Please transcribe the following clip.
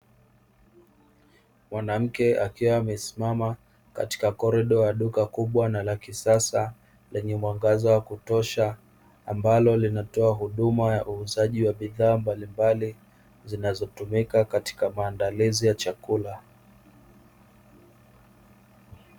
Mwanamke akiwa amesimama katika kolido ya duka kubwa na la kisasa lenye mwangaza wa kutosha, ambalo linatoa huduma ya uuzaji wa bidhaa mbalimbali zinazotumika katika maandalizi ya chakula.